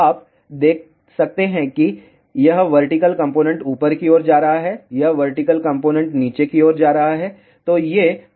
आप देख सकते हैं कि यह वर्टिकल कंपोनेंट ऊपर की ओर जा रहा है यह वर्टिकल कंपोनेंट नीचे की ओर जा रहा है